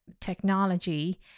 technology